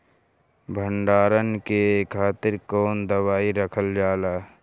भंडारन के खातीर कौन दवाई रखल जाला?